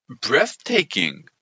breathtaking